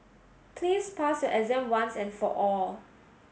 please pass your exam once and for all